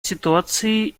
ситуации